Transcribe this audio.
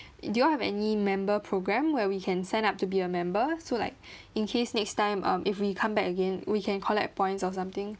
do you all have any member program where we can sign up to be a member so like in case next time um if we come back again we can collect points or something